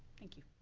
thank you.